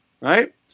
Right